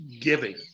giving